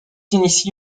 initié